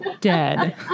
dead